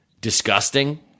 disgusting